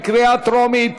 בקריאה טרומית.